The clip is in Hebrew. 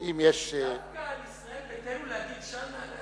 אם יש, דווקא על ישראל ביתנו להגיד "של נעליך"?